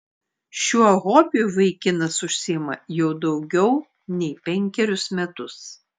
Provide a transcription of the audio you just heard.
šiuo hobiu vaikinas užsiima jau daugiau nei penkerius metus